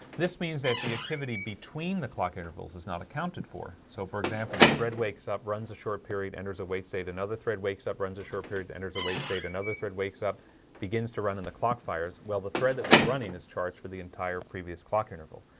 this means that the activity between the clock intervals is not accounted for so for example a thread wakes up runs a short period enters a wait state another thread wakes up runs a short period enters a wait state another thread wakes up begins to run in the clock fires. well the thread that was running is charged for the entire previous clock interval